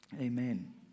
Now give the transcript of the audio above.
amen